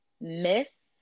Miss